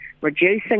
reducing